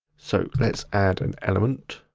so let's add an element.